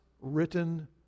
written